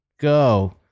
go